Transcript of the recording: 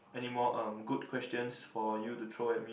anymore uh good questions for you to throw at me